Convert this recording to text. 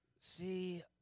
See